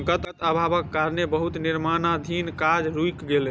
नकद अभावक कारणें बहुत निर्माणाधीन काज रुइक गेलै